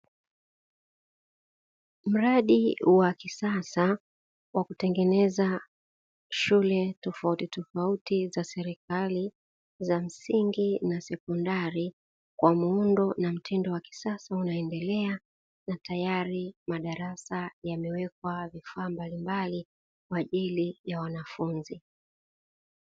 Mradi wa kisasa wa kutengeneza shule tofautitofauti za serikali, za msingi na sekondari kwa muundo na mtindo wa kisasa unaendelea, na tayari madarasa yamewekwa vifaa mbalimbali kwa ajili ya wanafunzi.